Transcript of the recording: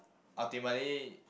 ultimately